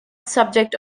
subject